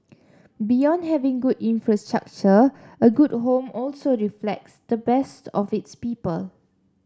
beyond having good infrastructure a good home also reflects the best of its people